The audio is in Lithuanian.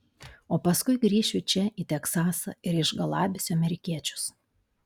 o paskui grįšiu čia į teksasą ir išgalabysiu amerikiečius